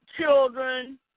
children